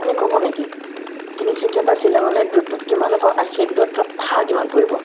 আপুনি ক'ব নেকি তিনিচুকীয়া পৰা শ্বিলঙলৈ দূৰত্বটো কিমান হ'ব আৰু সেই দূৰত্বত ভাড়া কিমান পৰিব